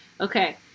Okay